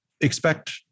expect